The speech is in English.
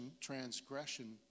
transgression